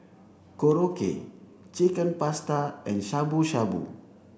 Korokke Chicken Pasta and Shabu Shabu